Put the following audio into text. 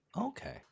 Okay